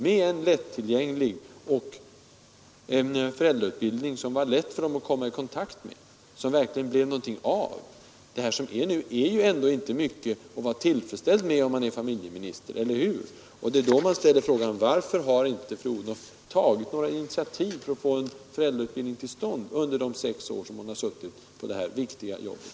Man skulle behöva en föräldrautbildning som var lätt för dem att komma i kontakt med, som verkligen blev någonting av. Det som nu finns är ändå inte mycket att vara tillfredsställd med för en familjeminister, eller hur? Det är då man ställer frågan: Varför har inte fru Odhnoff tagit några initiativ för att få en föräldrautbildning till stånd under de sex år hon suttit på det här viktiga jobbet?